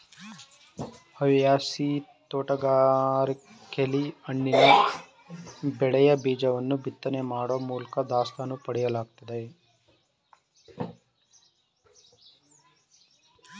ಹವ್ಯಾಸಿ ತೋಟಗಾರಿಕೆಲಿ ಹಣ್ಣಿನ ಬೆಳೆಯ ಬೀಜವನ್ನು ಬಿತ್ತನೆ ಮಾಡೋ ಮೂಲ್ಕ ದಾಸ್ತಾನು ಪಡೆಯಲಾಗ್ತದೆ